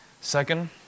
Second